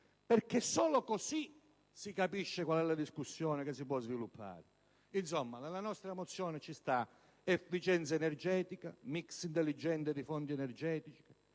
in questo modo si capisce qual è la discussione che si può sviluppare. In sostanza, nella nostra mozione si rileva efficienza energetica, un *mix* intelligente di fondi energetici,